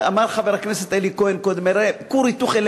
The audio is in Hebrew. אמר חבר הכנסת אלי כהן קודם "כור היתוך",